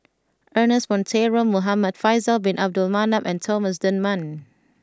Ernest Monteiro Muhamad Faisal Bin Abdul Manap and Thomas Dunman